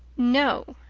no,